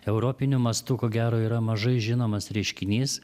europiniu mastu ko gero yra mažai žinomas reiškinys